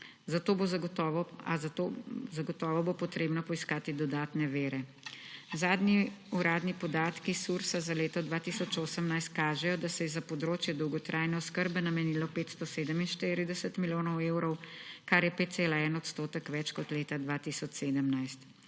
zato bo zagotovo potrebno poiskati dodatne vire. Zadnji uradni podatki Sursa za leto 2018 kažejo, da se je za področje dolgotrajne oskrbe namenilo 547 milijonov evrov, kar je 5,1 odstotek več kot leta 2017.